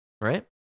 right